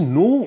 no